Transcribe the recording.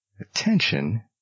attention